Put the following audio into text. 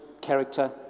character